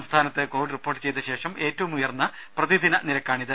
സംസ്ഥാനത്ത് Covid report ചെയ്ത ശേഷം ഏറ്റവും ഉയർന്ന പ്രതിദിന നിരക്കാണിത്